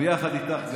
גם ביחד איתך,